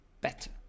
better